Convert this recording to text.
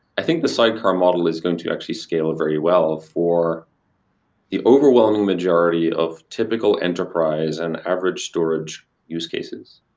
i think the sidecar model is going to actually scale it very well for the overwhelming majority of typical enterprise and average storage use cases.